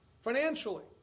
financially